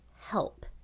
help